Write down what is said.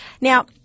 Now